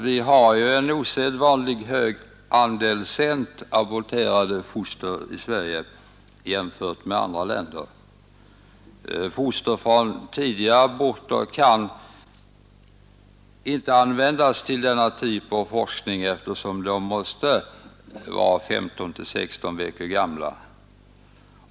Vi har ju en osedvanligt stor andel sent aborterade foster i Sverige jämfört med andra länder. Foster från tidiga aborter kan inte användas för denna typ av forskning; de måste vara 15—16 veckor gamla.